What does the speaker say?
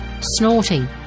snorting